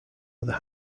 other